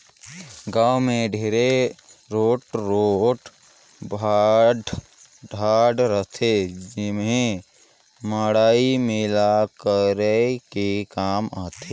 गाँव मे ढेरे रोट रोट भाठा डाँड़ रहथे जेम्हे मड़ई मेला कराये के काम आथे